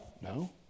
No